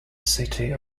city